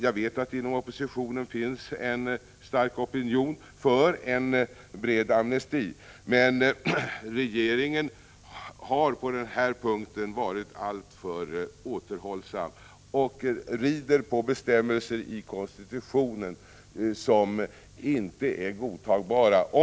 Jag vet att det inom oppositionen finns en stark opinion för en bred amnesti, men regeringen har på den punkten, om nu den politiska viljan finns att ge en bred amnesti, varit alltför återhållsam, och den rider på bestämmelser i konstitutionen som inte är godtagbara.